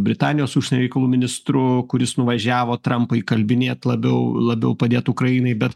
britanijos užsienio reikalų ministru kuris nuvažiavo trampo įkalbinėt labiau labiau padėt ukrainai bet